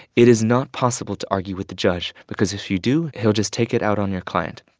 it is not possible to argue with the judge because if you do, he'll just take it out on your client.